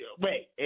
wait